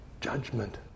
judgment